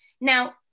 Now